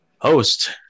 host